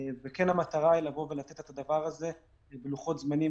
המטרה היא לתת את הדבר הזה בלוחות זמנים,